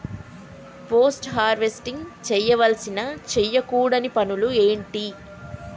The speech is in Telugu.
పోస్ట్ హార్వెస్టింగ్ చేయవలసిన చేయకూడని పనులు ఏంటి?